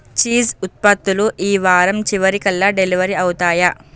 cheese ఉత్పత్తులు ఈ వారం చివరికల్లా డెలివర్ అవుతాయా